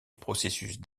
processus